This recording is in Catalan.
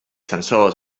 sensors